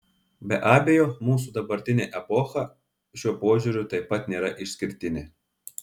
be abejo mūsų dabartinė epocha šiuo požiūriu taip pat nėra išskirtinė